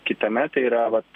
kitame tai yra vat